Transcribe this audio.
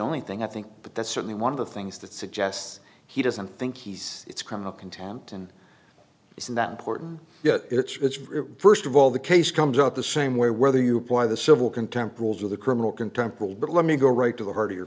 only thing i think but that's certainly one of the things that suggests he doesn't think he's it's criminal contempt and isn't that important it's first of all the case comes out the same way whether you apply the civil contempt rules of the criminal contempt rule but let me go right to the hear